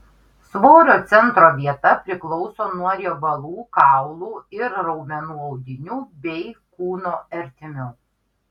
svorio centro vieta priklauso nuo riebalų kaulų ir raumenų audinių bei kūno ertmių